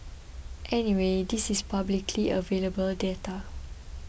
anyway this is publicly available data